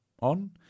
on